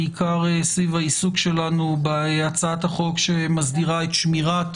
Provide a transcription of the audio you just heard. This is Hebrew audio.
בעיקר סביב העיסוק שלנו בהצעת החוק שמסדירה את שמירת